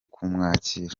kumwakira